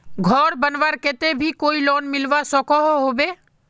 घोर बनवार केते भी कोई लोन मिलवा सकोहो होबे?